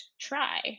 try